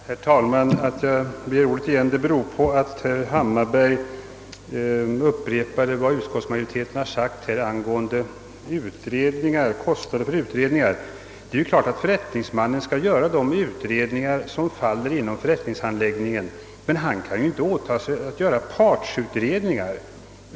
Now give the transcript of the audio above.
Herr talman! Att jag begär ordet igen beror på att herr Hammarberg upprepade vad utskottsmajoriteten anfört angående kostnaderna för utredningar. Förrättningsmannen skall självfallet genomföra de utredningar som faller inom förrättningshandläggningen, men han kan inte åta sig att göra partsutredningar.